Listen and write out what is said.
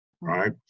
right